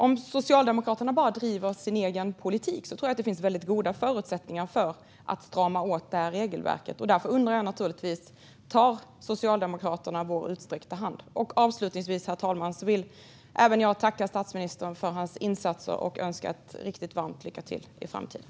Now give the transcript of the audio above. Om Socialdemokraterna bara driver sin egen politik tror jag alltså att det finns väldigt goda förutsättningar för att strama åt regelverket. Därför undrar jag naturligtvis: Tar Socialdemokraterna vår utsträckta hand? Avslutningsvis, herr talman, vill även jag tacka statsministern för hans insatser och önska ett riktigt varmt lycka till i framtiden!